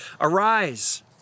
arise